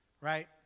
right